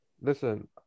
Listen